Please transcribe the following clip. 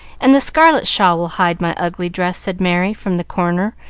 and the scarlet shawl will hide my ugly dress, said merry, from the corner,